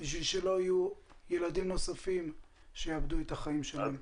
כדי שלא יהיו ילדים נוספים שיאבדו את החיים שלהם.